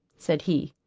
said he.